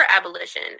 abolition